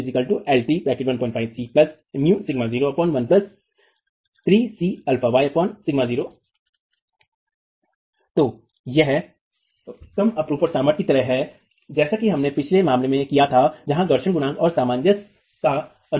तो यह कम अपरूपण सामर्थ्य की तरह है जैसा कि हमने पिछले मामले में किया था जहां घर्षण गुणांक और सामंजस्य का अनुमान था